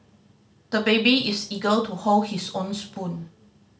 the baby is eager to hold his own spoon